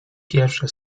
pierwsze